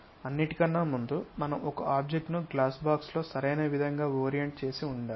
అన్నిటికన్నా ముందు మనం ఒక ఆబ్జెక్ట్ ను గ్లాస్ బాక్స్ లో సరైన విధంగా ఓరియంట్ చేసి ఉంచాలి